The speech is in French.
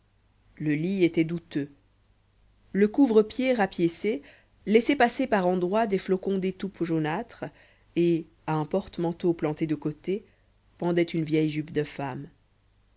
le lit était douteux le couvrepieds rapiécé laissait passer par endroits des flocons d'étoupe jaunâtre et à un porte-manteau planté de côté pendait une vieille jupe de femme